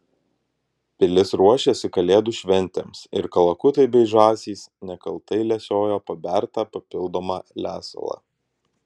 pilis ruošėsi kalėdų šventėms ir kalakutai bei žąsys nekaltai lesiojo pabertą papildomą lesalą